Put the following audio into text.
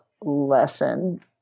lesson